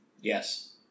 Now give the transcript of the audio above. Yes